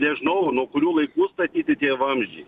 nežinau nuo kurių laikų statyti tie vamzdžiai